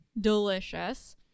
delicious